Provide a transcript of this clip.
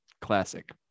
classic